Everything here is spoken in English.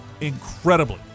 incredibly